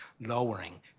lowering